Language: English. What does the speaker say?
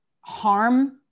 harm